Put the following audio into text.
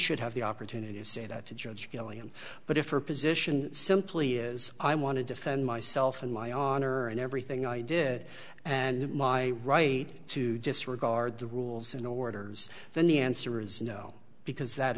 should have the opportunity to say that to judge killing him but if her position simply is i want to defend myself and my honor and everything i did and my right to disregard the rules and orders then the answer is no because that